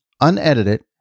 unedited